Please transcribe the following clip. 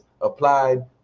applied